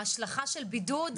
ההשלכה של בידוד